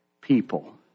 people